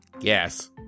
Yes